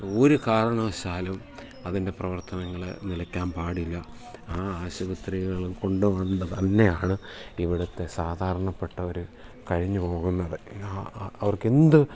ഒരു ഒരു കാരണവശാലും അതിൻ്റെ പ്രവർത്തനങ്ങൾ നിലയ്ക്കാൻ പാടില്ല ആ ആശുപത്രികളും കൊണ്ടു തന്നെയാണ് ഇവിടുത്തെ സാധാരണപ്പെട്ടവർ കഴിഞ്ഞു പോകുന്നത് അവർക്ക് എന്ത്